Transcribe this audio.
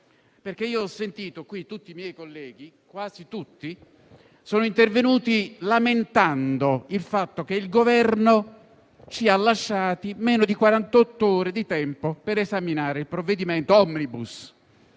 Ho sentito quasi tutti i miei colleghi che sono intervenuti lamentare il fatto che il Governo ci ha lasciato meno di quarantotto ore di tempo per esaminare un provvedimento *omnibus*